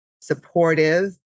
supportive